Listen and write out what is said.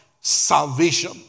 salvation